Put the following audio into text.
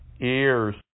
Ears